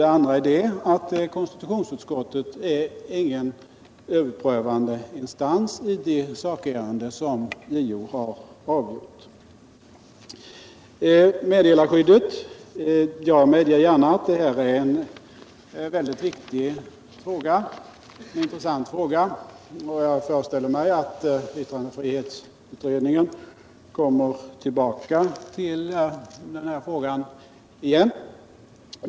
Det andra var att KU inte är någon överprövande instans i de sakärenden som JO har att avgöra. När det gäller meddelarskyddet medger jag gärna att det är en mycket viktig och intressant fråga, och jag föreställer mig att yttrandefrihetsutredningen kommer tillbaka till detta igen.